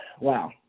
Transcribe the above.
Wow